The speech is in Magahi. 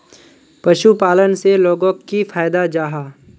पशुपालन से लोगोक की फायदा जाहा?